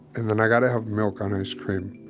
and then i gotta have milk on ice cream.